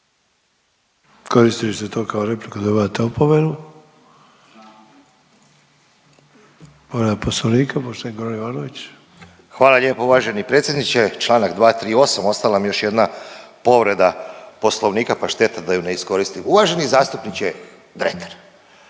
Koristili ste to kao repliku, dobivate opomenu. Povreda Poslovnika, poštovani g. Ivanović. **Ivanović, Goran (HDZ)** Hvala lijepo uvaženi predsjedniče, čl. 238, ostala mi je još jedna povreda Poslovnika pa šteta da ju ne iskoristim. Uvaženi zastupniče Dretar,